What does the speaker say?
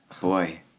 Boy